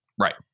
Right